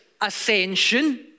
ascension